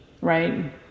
Right